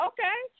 Okay